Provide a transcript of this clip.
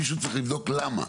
מישהו צריך לבדוק למה.